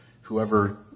whoever